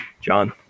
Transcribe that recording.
John